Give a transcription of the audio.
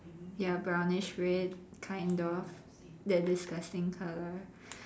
ya brownish red kind of that disgusting colour